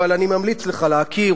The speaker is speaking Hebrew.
אבל אני ממליץ לך להכיר,